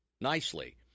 nicely